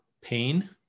pain